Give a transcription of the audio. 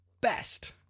best